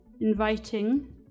inviting